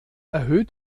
erhöht